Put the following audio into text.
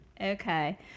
Okay